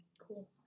cool